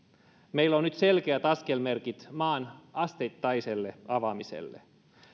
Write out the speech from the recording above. meillä on nyt selkeät askelmerkit maan asteittaiselle avaamiselle